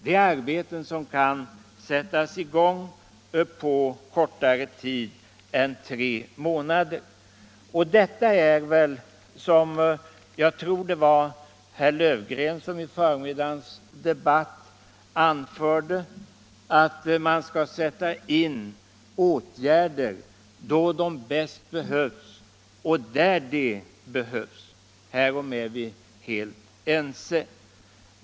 Det är arbeten som kan sättas i gång på kortare tid än tre månader. Jag tror det var herr Löfgren som i förmiddagens debatt anförde att man skall sätta in åtgärder då de bäst behövs och där de bäst behövs. Härom är vi helt ense.